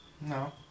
No